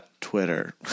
twitter